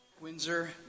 Windsor